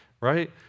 right